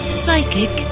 psychic